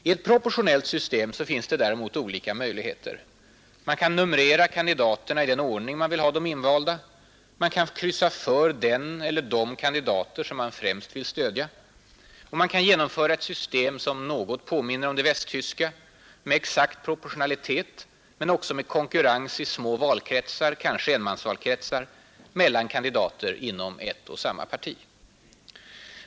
I ett proportionellt system finns det däremot olika möjligheter. Man kan numrera kandidaterna i den ordning man vill ha dem invalda. Man kan kryssa för den eller de kandidater man främst vill stödja. Man kan genomföra ett system — som något påminner om det västtyska — med exakt proportionalitet men också med konkurrens i små valkretsar, kanske enmansvalkretsar, mellan kandidater inom ett och samma parti.